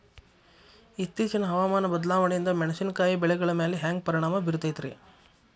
ಇತ್ತೇಚಿನ ಹವಾಮಾನ ಬದಲಾವಣೆಯಿಂದ ಮೆಣಸಿನಕಾಯಿಯ ಬೆಳೆಗಳ ಮ್ಯಾಲೆ ಹ್ಯಾಂಗ ಪರಿಣಾಮ ಬೇರುತ್ತೈತರೇ?